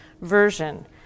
version